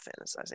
fantasizing